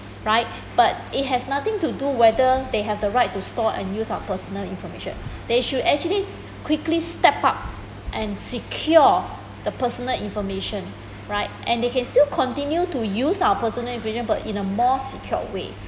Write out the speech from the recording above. right but it has nothing to do whether they have the right to store and use our personal information they should actually quickly step out and secure the personal information right and they can still continue to use our personal information but in a more secure way